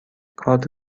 کارت